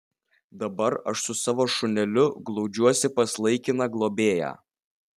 dabar aš su savo šuneliu glaudžiuosi pas laikiną globėją